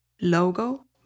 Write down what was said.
Logo